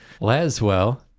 laswell